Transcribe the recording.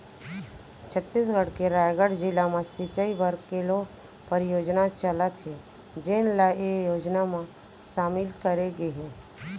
छत्तीसगढ़ के रायगढ़ जिला म सिंचई बर केलो परियोजना चलत हे जेन ल ए योजना म सामिल करे गे हे